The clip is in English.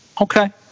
Okay